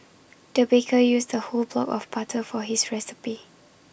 the baker used A whole block of butter for his recipe